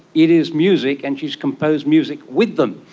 it is music and she has composed music with them.